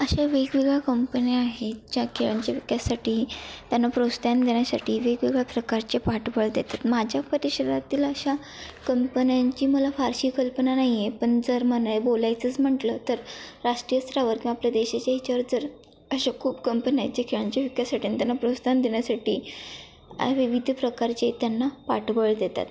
अशा वेगवेगळ्या कंपन्या आहेत ज्या खेळांच्या विकासासाठी त्यांना प्रोत्साहन देण्यासाठी वेगवेगळ्या प्रकारचे पाठबळ देतात माझ्या परिसरातील अशा कंपन्यांची मला फारशी कल्पना नाही आहे पण जर म्हणाय बोलायचंच म्हटलं तर राष्ट्रीय स्तरावर किंवा आपल्या देशाच्या हिच्यावर जर अशा खूप कंपन्या आहेत जे खेळांच्या विकासासाठी त्यांना प्रोत्साहन देण्यासाठी विविध प्रकारचे त्यांना पाठबळ देतात